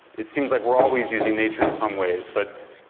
it seems like we're always using nature in some ways, but,